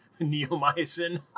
neomycin